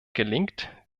gelingt